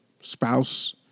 spouse